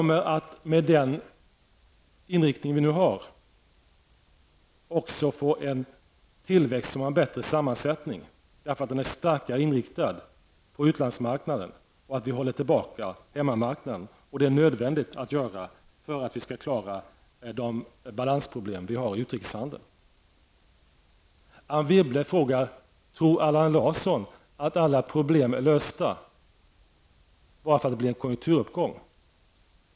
Med den inriktning vi nu har kommer vi också att få en tillväxt som har en bättre sammansättning, därför att den är starkare inriktad på utlandsmarknaden och för att vi håller tillbaka hemmamarknaden. Det är nödvändigt att göra så om vi skall kunna klara de balansproblem vi har i utrikeshandeln. Anne Wibble frågar om Allan Larsson tror att alla probblem är lösta bara det blir en konjunkturuppgång.